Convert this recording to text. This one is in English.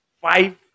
five